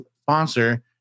sponsor